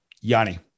Yanni